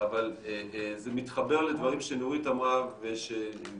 אבל זה מתחבר לדברים שנורית אמרה ושהיא